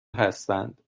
هستند